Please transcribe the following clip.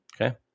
Okay